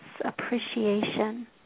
appreciation